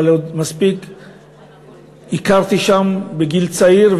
אבל עוד מספיק הכרתי שם בגיל צעיר,